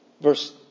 Verse